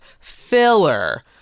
filler